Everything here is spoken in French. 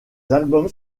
albums